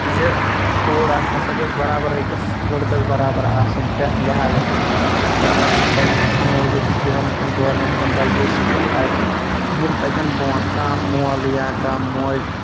زِ کوٗر اکھ ہَسا گٔژھ بَرابَر أکِس لڑکَس بَرابَرآسٕنۍ پرتھ لِحاظس مَنٛز اور تَز تمہ کہِ موٗجُب چھُ دِوان ونکٮ۪ن گورمنٹ یِمَن بَجہِ بَجہِ سِکیٖم یِم پَکَن برونٛٹھ کانٛہہ مول یا کانٛہہ موج